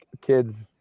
Kids